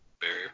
barrier